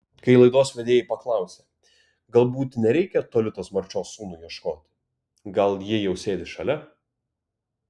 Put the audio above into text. kai laidos vedėjai paklausė galbūt nereikia toli tos marčios sūnui ieškoti gal ji jau sėdi šalia